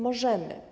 Możemy.